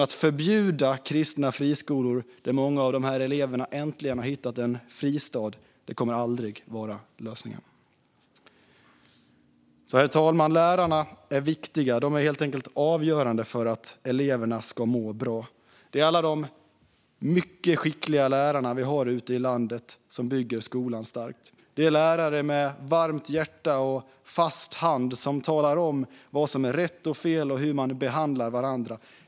Att förbjuda kristna friskolor, där många av dessa elever äntligen har hittat en fristad, kommer aldrig att vara lösningen. Herr talman! Lärarna är viktiga. De är helt enkelt avgörande för att eleverna ska må bra. Det är alla de mycket skickliga lärarna vi har ute i landet som bygger skolan stark. Det är lärare med varmt hjärta och fast hand som talar om vad som är rätt och fel och hur man behandlar varandra.